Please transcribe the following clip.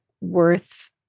worth